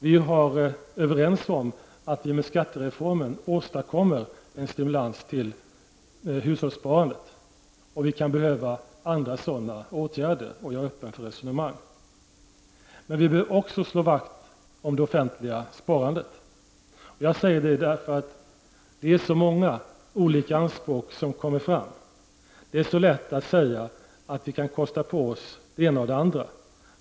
Vi var överens om att vi med skattereformen åstadkommer en stimulans till hushållssparande, och vi kan behöva andra sådana åtgärder. Jag är öppen för resonemang. Men vi behöver också slå vakt om det offentliga sparandet. Jag säger det därför att så många olika anspråk har kommit fram. Det är så lätt att säga att vi kan kosta på oss både det ena och det andra.